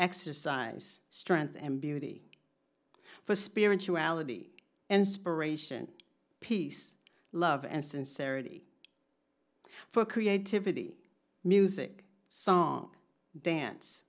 exercise strength and beauty for spirituality inspiration peace love and sincerity for creativity music song dance